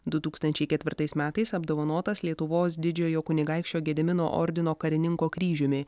du tūkstančiai ketvirtais metais apdovanotas lietuvos didžiojo kunigaikščio gedimino ordino karininko kryžiumi